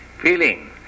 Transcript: feeling